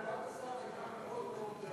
תשובת השר הייתה מאוד מקיפה,